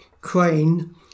crane